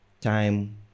time